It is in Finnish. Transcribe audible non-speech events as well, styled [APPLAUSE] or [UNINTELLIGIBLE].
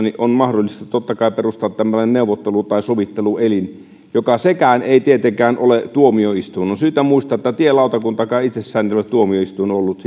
on mahdollista totta kai perustaa tämmöinen neuvottelu tai sovitteluelin joka sekään ei tietenkään ole tuomioistuin on syytä muistaa että tielautakuntakaan ei itsessään ole tuomioistuin ollut [UNINTELLIGIBLE]